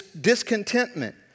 discontentment